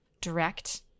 Direct